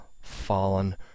fallen